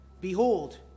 behold